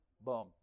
Boom